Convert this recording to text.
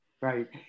right